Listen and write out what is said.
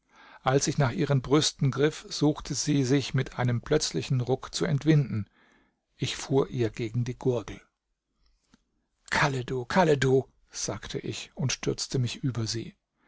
als ich nach ihren brüsten griff suchte sie sich mit einem plötzlichen ruck zu entwinden ich fuhr ihr gegen die gurgel kalle du kalle du sagte ich und stürzte mich über sie